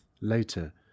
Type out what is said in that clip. later